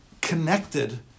connected